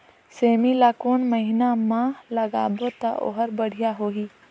सेमी ला कोन महीना मा लगाबो ता ओहार बढ़िया होही?